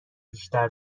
بیشتر